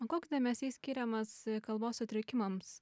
o koks dėmesys skiriamas kalbos sutrikimams